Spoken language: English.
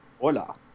Hola